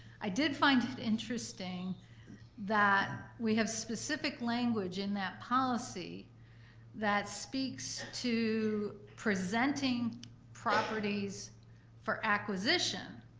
i did find it interesting that we have specific language in that policy that speaks to presenting properties for acquisition